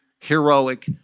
heroic